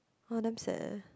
oh damn sad eh